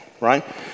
right